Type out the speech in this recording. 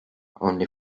only